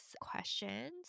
questions